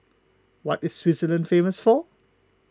what is Switzerland famous for